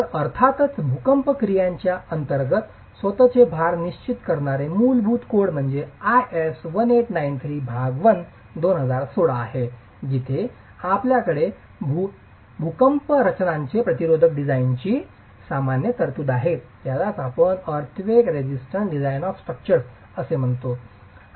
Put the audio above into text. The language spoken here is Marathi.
तर अर्थातच भूकंप क्रियांच्या अंतर्गत स्वत चे भार निश्चित करणारे मूलभूत कोड 1893 भाग 1 2016 आहे जिथे आपल्याकडे रचनांचे भूकंप प्रतिरोधक डिझाइनची सामान्य तरतूद आहे